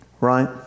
Right